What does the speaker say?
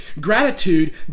Gratitude